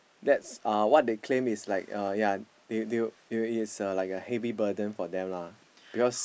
that's uh what they claim is like uh ya they they will they will is a like a heavy burden for them lah because